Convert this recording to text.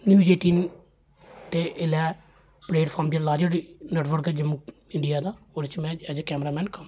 news eighteen दे एल्लै platform दा लार्जर नैटवर्क ऐ इंडिया दा ओह्दे च में एज ए कैमरा मैन कम्म करदा